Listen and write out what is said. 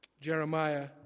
Jeremiah